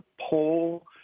poll